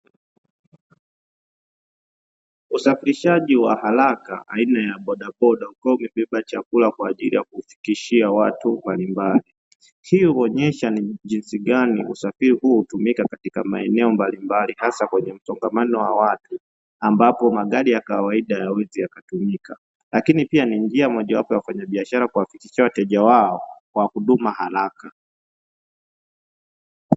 Usafirishaji wa haraka aina ya bodaboda ukiwa umebeba chakula kwa ajili ya kuwafikishia watu mbalimbali, hii huonyesha ni jinsi gani usafiri huo hutumika katika maeneo mbalimbali hasa kwenye msongamano wa watu ambapo magari ya kawaida hayawezi yakatumika, lakini pia ni njia mojawapo ya wafanyabiashara kuwafikishia wateja wao kwa huduma ya haraka.